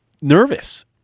nervous